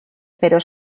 pero